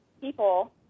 people